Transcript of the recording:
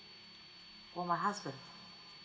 for my husband